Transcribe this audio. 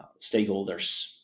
stakeholders